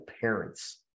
parents